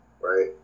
right